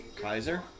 kaiser